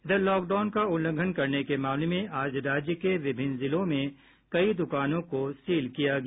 इधर लॉकडाउन का उल्लंघन करने के मामले में आज राज्य के विभिन्न जिलों में कई दुकानों को सील कर दिया गया